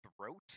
throat